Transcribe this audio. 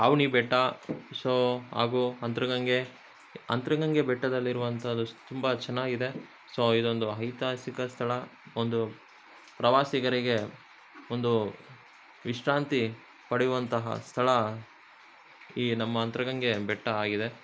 ಆವನಿ ಬೆಟ್ಟ ಸೊ ಹಾಗು ಅಂತ್ರ ಗಂಗೆ ಅಂತ್ರ ಗಂಗೆ ಬೆಟ್ಟದಲ್ಲಿರೋವಂಥದ್ದು ತುಂಬ ಚೆನ್ನಾಗಿದೆ ಸೊ ಇದೊಂದು ಐತಿಹಾಸಿಕ ಸ್ಥಳ ಒಂದು ಪ್ರವಾಸಿಗರಿಗೆ ಒಂದು ವಿಶ್ರಾಂತಿ ಪಡೆಯುವಂತಹ ಸ್ಥಳ ಈ ನಮ್ಮ ಅಂತ್ರ ಗಂಗೆ ಬೆಟ್ಟ ಆಗಿದೆ